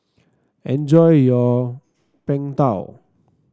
enjoy your Png Tao